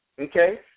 okay